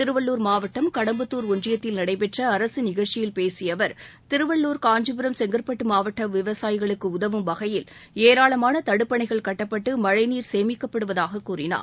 திருவள்ளுர் மாவட்டம் கடம்பத்தூர் ஒன்றியத்தில் நடைபெற்ற அரசு நிகழ்ச்சியில் பேசிய அவர் திருவள்ளுர் காஞ்சிபுரம் செங்கற்பட்டு மாவட்ட விவசாயிகளுக்கு உதவும் வகையில் ஏராளமான தடுப்பணைகள் கட்டப்பட்டு மழைநீர் சேமிக்கப்படுவதாக கூறினார்